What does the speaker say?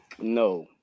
No